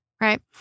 right